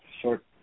short